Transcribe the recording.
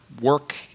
work